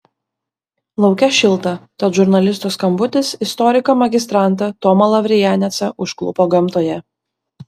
lauke šilta tad žurnalisto skambutis istoriką magistrantą tomą lavrijanecą užklupo gamtoje